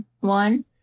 One